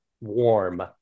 warm